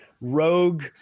rogue